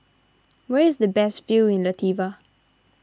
where is the best view in Latvia